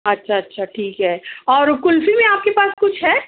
اچھا اچھا ٹھیک ہے اور کلفی میں آپ کے پاس کچھ ہے